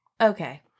Okay